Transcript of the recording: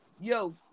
Yo